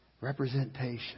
representation